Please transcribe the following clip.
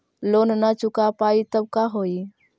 Loan न चुका पाई तब का होई?